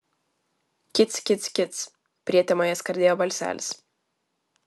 kic kic kic prietemoje skardėjo balselis